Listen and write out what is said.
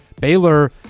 Baylor